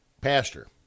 pastor